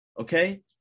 Okay